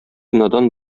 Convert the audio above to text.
надан